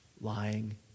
lying